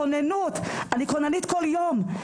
כוננות, אני כוננית כל יום.